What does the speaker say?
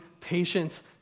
patience